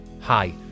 Hi